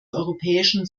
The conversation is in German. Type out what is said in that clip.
europäischen